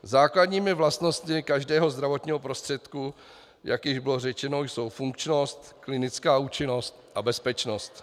Základními vlastnostmi každého zdravotního prostředku, jak již bylo řečeno, jsou funkčnost, klinická účinnost a bezpečnost.